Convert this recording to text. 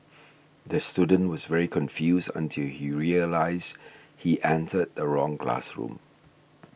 the student was very confused until he realised he entered the wrong classroom